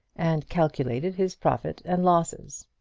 and calculated his profit and losses.